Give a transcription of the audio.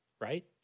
right